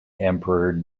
emperor